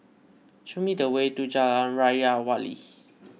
show me the way to Jalan Raja Wali